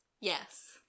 yes